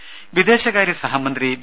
രുമ വിദേശകാര്യ സഹമന്ത്രി വി